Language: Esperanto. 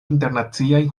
internaciajn